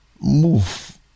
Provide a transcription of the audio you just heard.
move